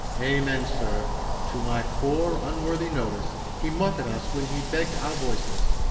amen, sir to my poor unworthy notice, he mocked us when he begg'd our voices.